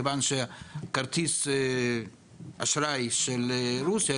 מכיוון שכרטיס אשראי של רוסיה,